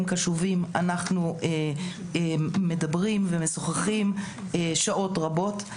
הם קשובים, אנחנו מדברים ומשוחחים שעות רבות.